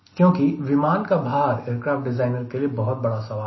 क्योंकि विमान का भार एयरक्राफ्ट डिजाइनर के लिए बहुत बड़ा सवाल है